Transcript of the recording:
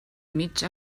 mig